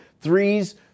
threes